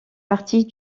partie